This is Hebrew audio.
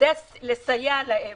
כדי לסייע להם